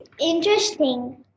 Interesting